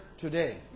today